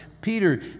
Peter